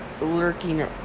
lurking